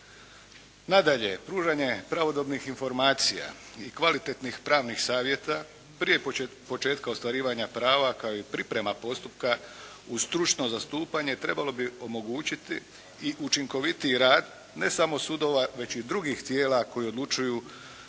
Nadalje, pružanje pravodobnih informacija i kvalitetnih pravnih savjeta prije početka ostvarivanja prava kao i priprema postupka uz stručno zastupanje trebalo bi omogućiti i učinkovitiji rad ne samo sudova već i drugih tijela koja odlučuju